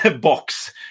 box